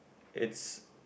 it